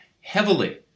heavily